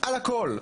על הכל,